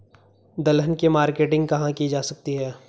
दलहन की मार्केटिंग कहाँ की जा सकती है?